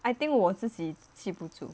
I think 我自己记不住